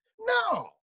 No